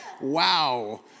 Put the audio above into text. wow